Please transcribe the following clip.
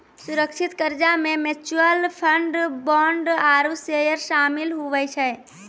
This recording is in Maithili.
सुरक्षित कर्जा मे म्यूच्यूअल फंड, बोंड आरू सेयर सामिल हुवै छै